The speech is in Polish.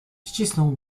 ścisnął